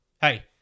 Hey